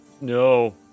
No